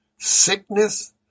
Sickness